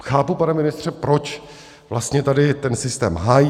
Chápu, pane ministře, proč vlastně tady ten systém hájíte.